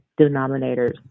denominators